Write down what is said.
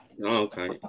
okay